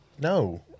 No